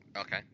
Okay